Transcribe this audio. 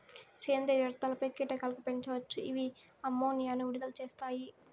సేంద్రీయ వ్యర్థాలపై కీటకాలను పెంచవచ్చు, ఇవి అమ్మోనియాను విడుదల చేస్తాయి